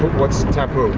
what's tapu?